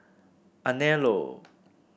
Anello